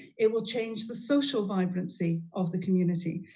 it will change the social vibrancy of the community.